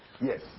Yes